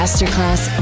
Masterclass